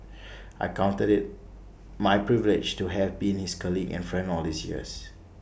I counted IT my privilege to have been his colleague and friend all these years